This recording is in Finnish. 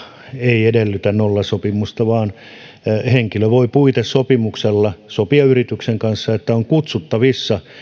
ei edellytä nollasopimusta henkilö voi puitesopimuksella sopia yrityksen kanssa että on kutsuttavissa